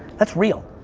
that's real.